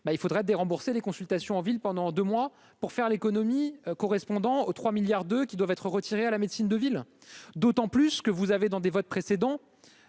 il faudrait des rembourser les consultations en ville pendant 2 mois pour faire l'économie correspondant aux 3 milliards de qui doivent être retirés à la médecine de ville, d'autant plus que vous avez dans des votes précédents